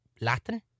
Latin